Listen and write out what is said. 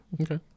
Okay